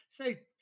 say